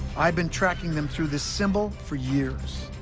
i've been tracking them through this symbol for years.